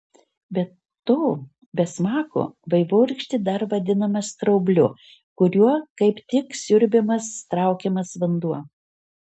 be to be smako vaivorykštė dar vadinta straubliu kuriuo kaip tik siurbiamas traukiamas vanduo